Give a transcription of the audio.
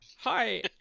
Hi